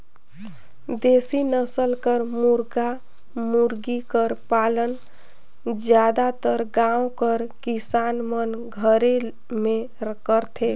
देसी नसल कर मुरगा मुरगी कर पालन जादातर गाँव कर किसान मन घरे में करथे